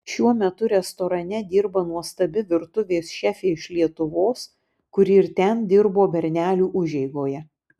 šiuo metu restorane dirba nuostabi virtuvės šefė iš lietuvos kuri ir ten dirbo bernelių užeigoje